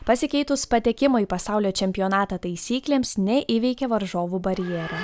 pasikeitus patekimo į pasaulio čempionatą taisyklėms neįveikė varžovų barjero